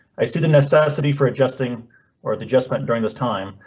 i see the necessity for adjusting or the adjustment during this time,